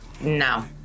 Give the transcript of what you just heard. No